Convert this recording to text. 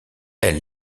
elle